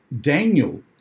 Daniel